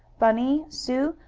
bunny sue,